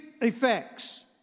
effects